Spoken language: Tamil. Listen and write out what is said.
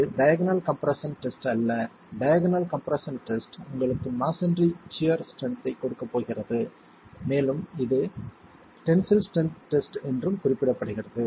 இது டயக்கனல் கம்ப்ரெஸ்ஸன் டெஸ்ட் அல்ல டயக்கனல் கம்ப்ரெஸ்ஸன் டெஸ்ட் உங்களுக்கு மஸோன்றி சியர் ஸ்ட்ரென்த் ஐக் கொடுக்கப் போகிறது மேலும் இது டென்சில் ஸ்ட்ரென்த் டெஸ்ட் என்றும் குறிப்பிடப்படுகிறது